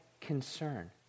concern